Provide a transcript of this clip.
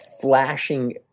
flashing